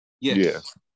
Yes